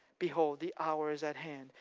behold, the hour is at hand,